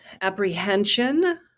apprehension